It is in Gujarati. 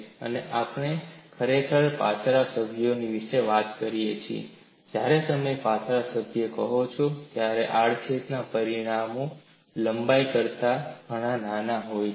આપણે ખરેખર પાતળા સભ્યો વિશે વાત કરી રહ્યા છીએ જ્યારે તમે પાતળા સભ્ય કહો છો ત્યારે આડછેદ ના પરિમાણો લંબાઈ કરતા ઘણા નાના હોય છે